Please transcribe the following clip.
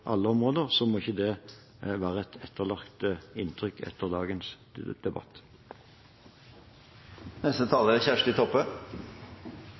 alle områder, må ikke dette være et inntrykk som sitter igjen etter dagens